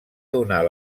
donar